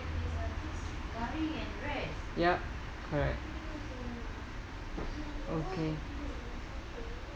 ya correct okay